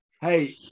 Hey